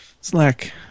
Slack